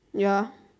ya